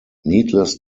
needless